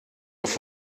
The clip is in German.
auf